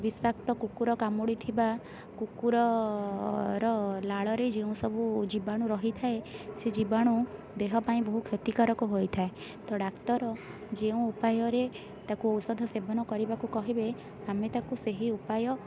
ବିଷାକ୍ତ କୁକୁର କାମୁଡ଼ିଥିବା କୁକୁରର ଲାଳରେ ଯେଉଁସବୁ ଜୀବାଣୁ ରହିଥାଏ ସେ ଜୀବାଣୁ ଦେହ ପାଇଁ ବହୁ କ୍ଷତିକାରକ ହୋଇଥାଏ ତ ଡାକ୍ତର ଯେଉଁ ଉପାୟରେ ତାକୁ ଔସଧ ସେବନ କରିବାକୁ କହିବେ ଆମେ ତାକୁ ସେହି ଉପାୟ